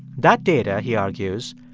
that data, he argues,